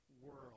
world